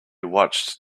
watched